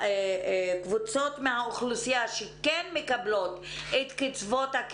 והקבוצות מהאוכלוסייה שכן מקבלות את קצבאות האלה,